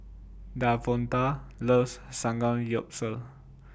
Davonta loves Samgyeopsal